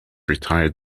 retired